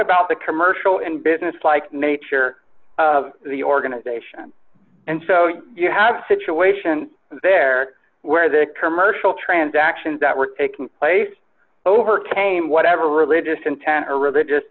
about the commercial and business like nature of the organization and so you have situation there where the commercial transactions that were taking place overcame whatever religious intent or religious